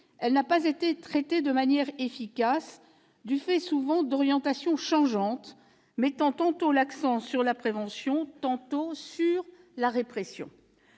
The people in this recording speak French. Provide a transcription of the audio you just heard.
elle n'a pas été traitée de manière efficace, du fait souvent d'orientations changeantes, mettant l'accent tantôt sur la prévention, tantôt sur la répression.